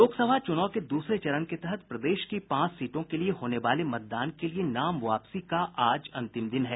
लोकसभा चुनाव के दूसरे चरण के तहत प्रदेश की पांच सीटों के लिए होने वाले मतदान के लिए नाम वापसी का आज अंतिम दिन है